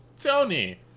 Tony